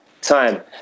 time